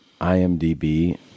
IMDb